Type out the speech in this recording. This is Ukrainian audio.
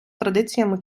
традиціями